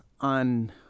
on